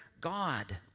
God